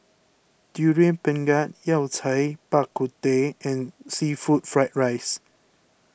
Durian Pengat Yao Cai Bak Kut Teh and Seafood Fried Rice